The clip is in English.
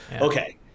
okay